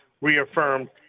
reaffirmed